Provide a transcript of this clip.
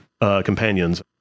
Companions